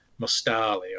Mustali